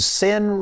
sin